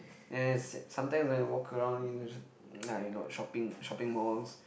and is sometimes when I walk around in uh you know shopping shopping malls